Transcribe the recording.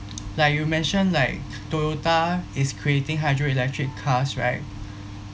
like you mentioned like toyota is creating hydroelectric cars right